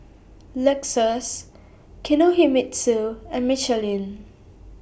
Lexus Kinohimitsu and Michelin